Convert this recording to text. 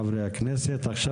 1 נמנע 1 הצעת חוק הכניסה לישראל (תיקון מס' 34),